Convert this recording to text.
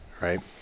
Right